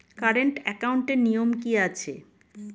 Current একাউন্টের নিয়ম কী আছে?